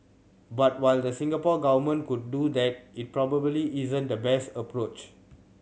but while the Singapore Government could do that it probably isn't the best approach